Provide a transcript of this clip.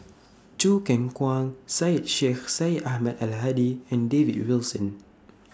Choo Keng Kwang Syed Sheikh Syed Ahmad Al Hadi and David Wilson